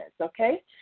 okay